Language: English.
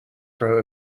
throw